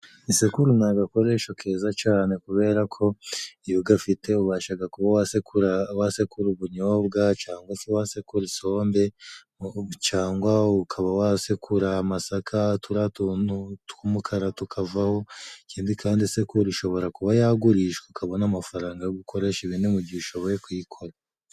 Isekuru ni agakoresho keza cane kubera ko iyo ugafite ubashaga kuba wasekura ubunyobwa cangwa se wasekura isombe cangwa ukaba wasekura amasaka turiya tuntu tw'umukara tukavaho, ikindi kandi isekuru ishobora kuba yagurishwa ukabona amafaranga yo gukoresha ibindi mu gihe ushoboye kuyikora.